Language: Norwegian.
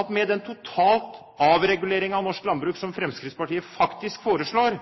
at med den totale avreguleringen av norsk landbruk som Fremskrittspartiet faktisk foreslår,